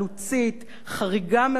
חריגה מאוד לשעתה,